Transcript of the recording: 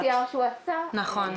תודה.